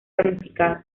ramificado